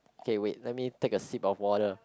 okay wait let me take a sip of water